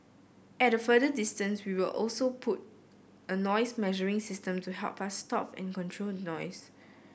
at a further distance we also put a noise measuring system to help us stop and control the noise